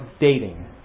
dating